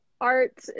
art